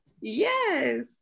yes